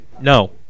No